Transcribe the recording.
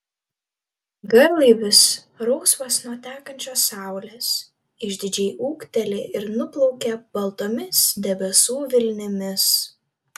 garlaivis rausvas nuo tekančios saulės išdidžiai ūkteli ir nuplaukia baltomis debesų vilnimis